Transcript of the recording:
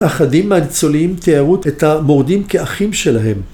אחדים מהניצולים תיארו את המורדים כאחים שלהם.